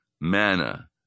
manna